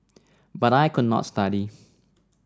but I could not study